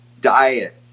diet